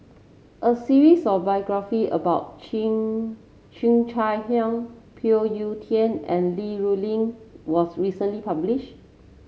a series of biography about Cheo Cheo Chai Hiang Phoon Yew Tien and Li Rulin was recently published